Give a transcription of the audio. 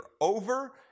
over